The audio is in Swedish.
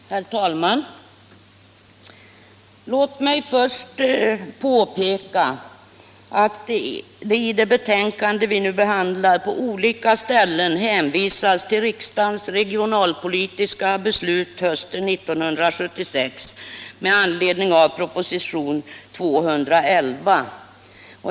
Herr talman! Låt mig först påpeka att det i det betänkande vi nu behandlar på olika ställen hänvisas till riksdagens regionalpolitiska beslut hösten 1976 med anledning av propositionen 211.